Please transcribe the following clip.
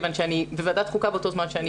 כיוון שאני בוועדת חוקה באותו זמן שאני פה.